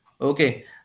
okay